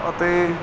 ਅਤੇ